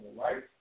right